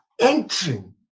entering